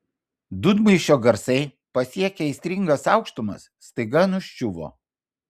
dūdmaišio garsai pasiekę aistringas aukštumas staiga nuščiuvo